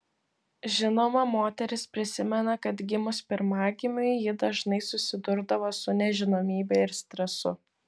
žinoma moteris prisimena kad gimus pirmagimiui ji dažnai susidurdavo su nežinomybe ir stresu